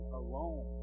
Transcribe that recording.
alone